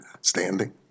standing